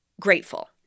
grateful